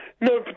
No